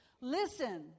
listen